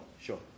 Sure